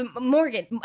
Morgan